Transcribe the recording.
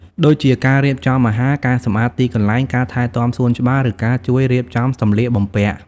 ដូចជាការរៀបចំអាហារ ការសម្អាតទីកន្លែង ការថែទាំសួនច្បារ ឬការជួយរៀបចំសម្លៀកបំពាក់។